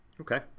Okay